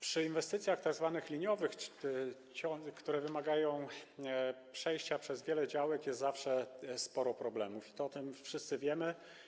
Przy inwestycjach tzw. liniowych, które wymagają przejścia przez wiele działek, jest zawsze sporo problemów i to o tym wszyscy wiemy.